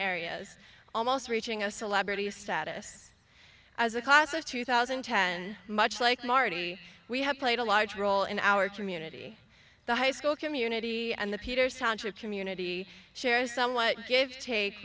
areas almost reaching a celebrity status as a class of two thousand and ten much like marty we have played a large role in our community the high school community and the petersen to a community share somewhat gave take